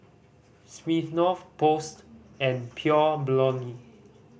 Smirnoff Post and Pure Blonde